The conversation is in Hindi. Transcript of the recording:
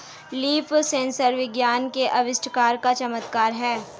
लीफ सेंसर विज्ञान के आविष्कार का चमत्कार है